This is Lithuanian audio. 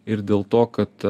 ir dėl to kad